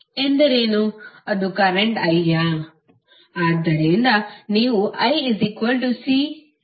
ಆದ್ದರಿಂದ ನೀವು iCdvdt ಅನ್ನು ಪಡೆಯುತ್ತೀರಿ